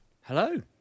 hello